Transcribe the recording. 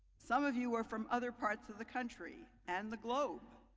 some of you were from other parts of the country and the globe.